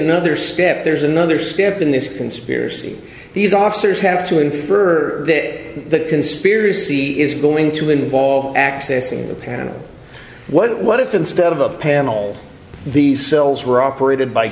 another step there's another step in this conspiracy these officers have to infer that the conspiracy is going to involve accessing a panel what what if instead of a panel these cells were operat